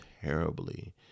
terribly